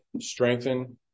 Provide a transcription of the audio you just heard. strengthen